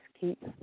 keep